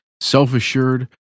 self-assured